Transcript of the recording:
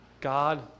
God